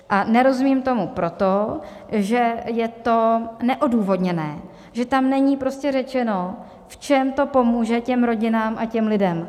A nerozumím tomu proto, že je to neodůvodněné, že tam není prostě řečeno, v čem to pomůže těm rodinám a těm lidem.